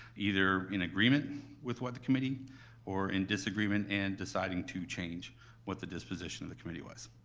either in agreement with what the committee or in disagreement and deciding to change what the disposition of the committee was.